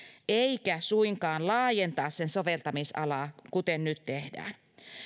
eikä suinkaan laajentaa sen soveltamisalaa kuten nyt tehdään